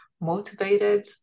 motivated